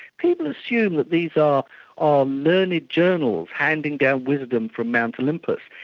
people assume that these are are learned journals handing down wisdom from mount olympus.